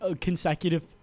Consecutive